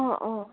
অঁ অঁ